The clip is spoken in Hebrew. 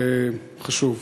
וחשוב.